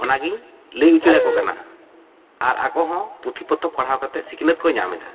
ᱚᱱᱟ ᱜᱤᱧ ᱞᱟᱹᱭ ᱩᱪᱟᱹᱲ ᱟᱠᱚ ᱠᱟᱱᱟ ᱟᱨ ᱟᱠᱚ ᱦᱚᱸ ᱯᱩᱛᱷᱤ ᱯᱚᱛᱚᱵ ᱯᱟᱲᱦᱟᱣ ᱠᱟᱛᱮᱜ ᱥᱤᱠᱷᱱᱟᱹᱛ ᱠᱚ ᱧᱟᱢ ᱮᱫᱟ